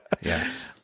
Yes